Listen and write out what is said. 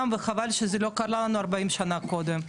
וחבל שזה לא קרה לנו 40 שנה קודם,